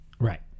Right